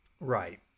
Right